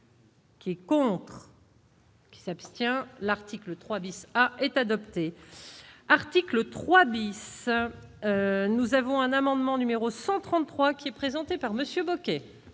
C'est con. Qui s'abstient, l'article 3 bis a est adoptée article 3 bis. Nous avons un amendement numéro 133 qui est présenté par Monsieur